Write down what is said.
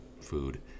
food